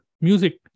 music